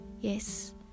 yes